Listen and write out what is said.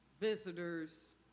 Visitors